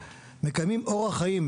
ניתן לו פרק זמן מסוים.